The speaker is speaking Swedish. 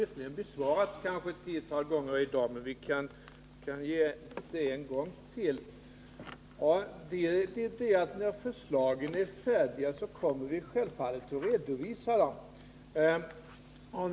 Visserligen har den besvarats ett tiotal gånger i dag, men jag kan ge svaret en gång till: När förslagen är färdiga kommer vi självfallet att redovisa dem.